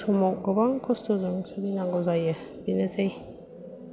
समाव गोबां खस्थ'जों सोलिनांगौ जायो बेनोसै